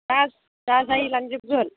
जा जा जायो लांजोबगोन